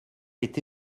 est